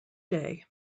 day